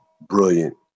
brilliant